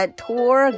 ，tour